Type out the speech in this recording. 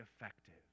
effective